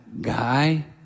guy